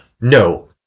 no